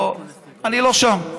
אני לא שם.